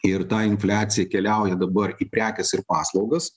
ir ta infliacija keliauja dabar į prekes ir paslaugas